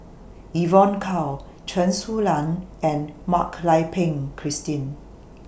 Evon Kow Chen Su Lan and Mak Lai Peng Christine